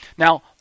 Now